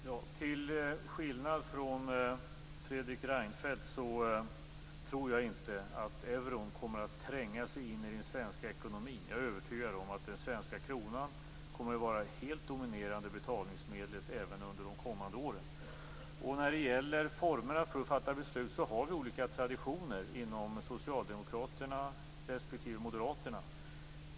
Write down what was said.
Fru talman! Till skillnad från Fredrik Reinfeldt tror jag inte att euron kommer att tränga sig in i den svenska ekonomin. Jag är övertygad om att den svenska kronan kommer att vara det helt dominerande betalningsmedlet även under de kommande åren. När det gäller formerna för att fatta beslut har vi olika traditioner inom socialdemokratin respektive moderaterna.